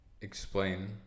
explain